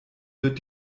wird